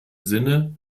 sinne